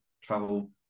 travel